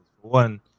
one